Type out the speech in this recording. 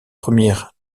premiers